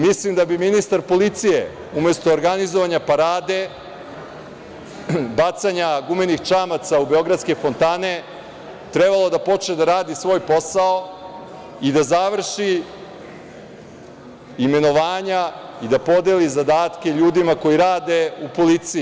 Mislim da bi ministar policije, umesto organizovanja parade, bacanja gumenih čamaca u beogradske fontane, trebalo da počne da radi svoj posao i da završi imenovanja i da podeli zadatke ljudima koji rade u policiji.